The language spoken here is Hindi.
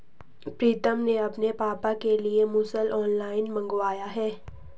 प्रितम ने अपने पापा के लिए मुसल ऑनलाइन मंगवाया है